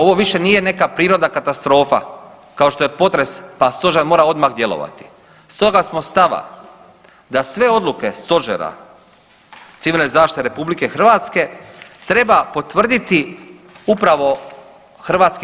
Ovo više nije neka prirodna katastrofa, kao što je potres pa Stožer mora odmah djelovati, stoga smo stava da sve odluke Stožera civilne zaštite RH treba potvrditi upravo HS.